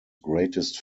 greatest